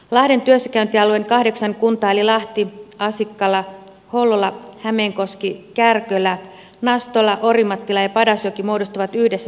lahden työssäkäyntialueen kahdeksan kuntaa eli lahti asikkala hollola hämeenkoski kärkölä nastola orimattila ja padasjoki muodostavat yhdessä selvitysalueen